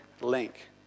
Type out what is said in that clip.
link